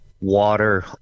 water